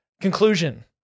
conclusion